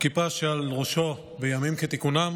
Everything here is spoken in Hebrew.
והכיפה שעל ראשו בימים כתיקונם